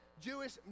Jewish